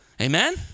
Amen